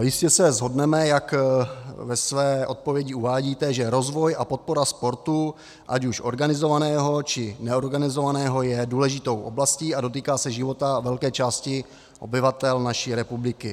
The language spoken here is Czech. Jistě se shodneme, jak ve své odpovědi uvádíte, že rozvoj a podpora sportu, ať už organizovaného, či neorganizovaného, je důležitou oblastí a dotýká se života velké části obyvatel naší republiky.